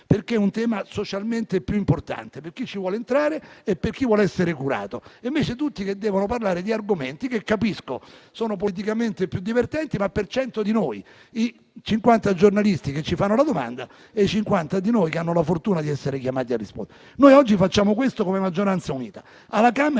perché è un tema socialmente più importante per chi ci vuole entrare e per chi vuole essere curato. Invece tutti devono parlare di argomenti che, lo capisco, sono politicamente più divertenti, ma per cento di noi: i cinquanta giornalisti che ci fanno la domanda e i cinquanta tra noi che hanno la fortuna di essere chiamati a rispondere. Noi oggi approviamo questo testo come maggioranza unita. Mi sembra